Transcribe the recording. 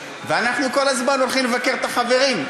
ואנחנו כל הזמן הולכים לבקר את החברים.